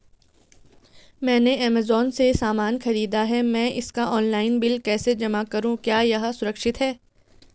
मैंने ऐमज़ान से सामान खरीदा है मैं इसका ऑनलाइन बिल कैसे जमा करूँ क्या यह सुरक्षित है?